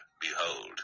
behold